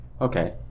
Okay